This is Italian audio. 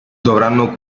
dovranno